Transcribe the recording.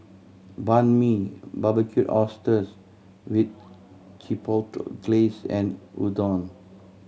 Banh Mi Barbecued Oysters with Chipotle Glaze and Udon